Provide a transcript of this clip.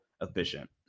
efficient